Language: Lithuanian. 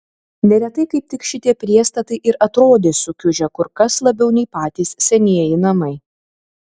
neretai kaip tik šitie priestatai ir atrodė sukiužę kur kas labiau nei patys senieji namai